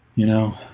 you know,